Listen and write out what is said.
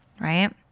right